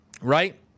right